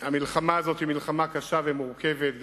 המלחמה הזאת היא מלחמה קשה ומורכבת,